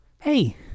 hey